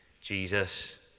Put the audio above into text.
Jesus